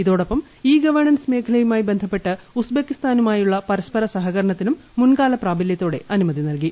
ഇതോടൊപ്പം e governance മേഖലയുമായി ബന്ധപ്പെട്ട് ഉസ്ബെക്കിസ്താനുമായുള്ള പരസ്പര സഹകരണത്തിനും മുൻകാല പ്രാബല്യത്തോടെ അനുമതി നൽകി